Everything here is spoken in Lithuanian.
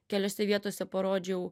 keliose vietose parodžiau